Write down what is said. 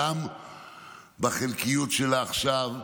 גם בחלקיות שלה עכשיו.